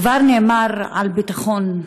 כבר נאמר על ביטחון,